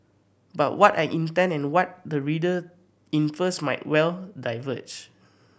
but what I intend and what the reader infers might well diverge